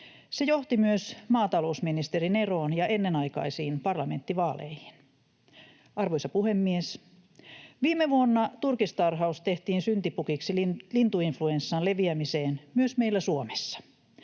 Se johti myös maatalousministerin eroon ja ennenaikaisiin parlamenttivaaleihin. Arvoisa puhemies! Viime vuonna turkistarhaus tehtiin syntipukiksi lintuinfluenssan leviämiseen myös meillä Suomessa.